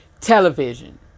television